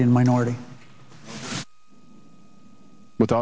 in minority with